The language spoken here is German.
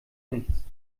nichts